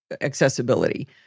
accessibility